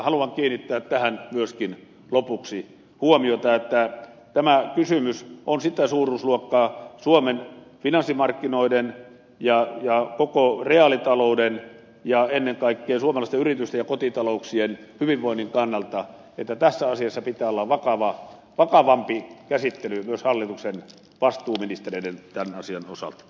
haluan kiinnittää tähän myöskin lopuksi huomiota että tämä kysymys on sitä suuruusluokkaa suomen finanssimarkkinoiden ja koko reaalitalouden ja ennen kaikkea suomalaisten yritysten ja kotitalouksien hyvinvoinnin kannalta että tässä asiassa pitää olla vakavampi käsittely myös hallituksen vastuuministereiden osalta